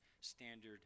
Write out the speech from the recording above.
standard